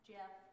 Jeff